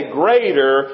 greater